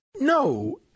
No